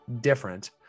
different